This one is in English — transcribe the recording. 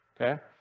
Okay